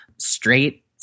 straight